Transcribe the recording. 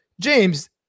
james